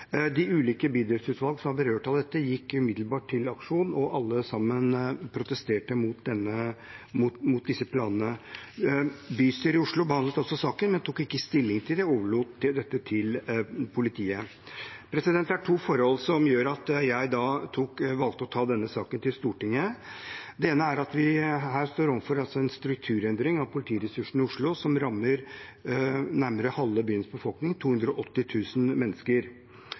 De ulike bydelsutvalg som var berørt av dette, gikk umiddelbart til aksjon, og alle sammen protesterte mot disse planene. Bystyret i Oslo behandlet også saken, men tok ikke stilling til den og overlot dette til politiet. Det er to forhold som gjør at jeg valgte å ta denne saken til Stortinget. Det ene er at vi her står overfor en strukturendring av politiressursene i Oslo som rammer nærmere halve byens befolkning, 280 000 mennesker.